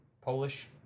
Polish